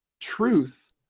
Truth